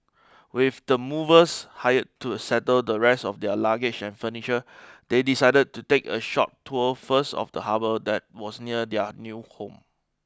with the movers hired to settle the rest of their luggage and furniture they decided to take a short tour first of the harbour that was near their new home